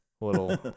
little